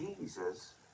Jesus